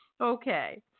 Okay